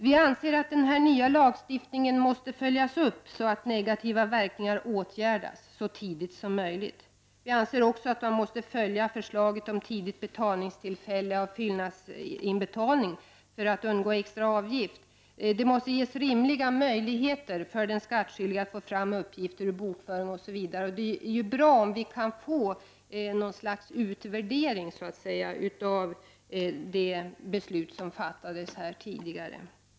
Vi anser att den här nya skattelagstiftningen måste följas upp, så att negativa verkningar åtgärdas så tidigt som möjligt. Vi anser också att man måste följa förslaget om senaste inbetalningsdag av fyllnadsinbetalning för att undgå extra avgift. Det måste ges rimliga möjligheter för den skattskyldige att få fram uppgifter ur bokföring m.m. Det är bra om det kan komma till stånd något slags utvärdering av det beslut som tidigare fattades.